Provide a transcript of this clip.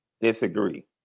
disagree